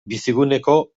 biciguneko